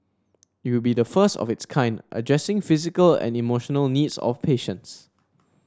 it would be the first of its kind addressing physical and emotional needs of patients